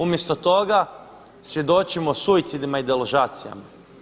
Umjesto toga svjedočimo suicidima i deložacijama.